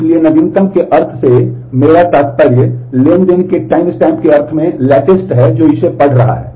इसलिए नवीनतम के अर्थ से मेरा तात्पर्य ट्रांज़ैक्शन के टाइमस्टैम्प के अर्थ में नवीनतम है जो इसे पढ़ रहा है